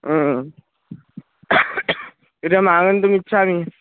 हा इदम् आगन्तुमिच्छामि